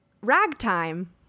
ragtime